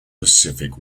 pacific